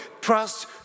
trust